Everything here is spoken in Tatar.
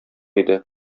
иде